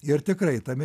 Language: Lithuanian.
ir tikrai tame